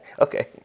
Okay